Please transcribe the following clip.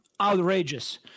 outrageous